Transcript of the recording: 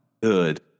Good